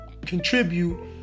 contribute